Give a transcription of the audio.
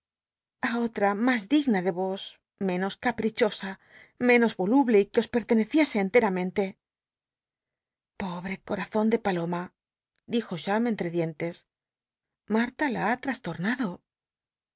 otra mas digna de vos menos caprichosa menos voluble y que os l ertencciese enlc amcntc pobre corazon de paloma dijo cham entre dientes li wla la ha tl